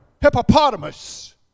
hippopotamus